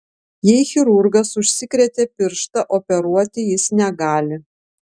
jei chirurgas užsikrėtė pirštą operuoti jis negali